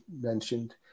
mentioned